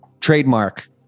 Trademark